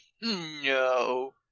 No